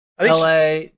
LA